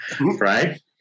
Right